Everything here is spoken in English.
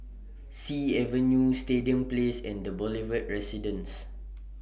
Sea Avenue Stadium Place and The Boulevard Residence